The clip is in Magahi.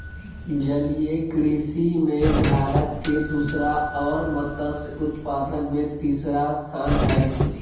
जलीय कृषि में भारत के दूसरा और मत्स्य उत्पादन में तीसरा स्थान हइ